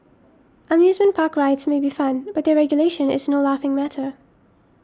amusement park rides may be fun but their regulation is no laughing matter